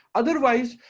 otherwise